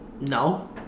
No